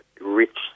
rich